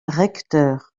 recteur